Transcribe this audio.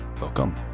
welcome